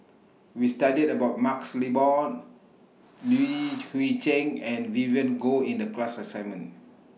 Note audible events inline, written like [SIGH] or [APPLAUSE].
We studied about MaxLe Blond [NOISE] Li Hui Cheng and Vivien Goh in The class assignment